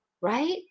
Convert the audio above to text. Right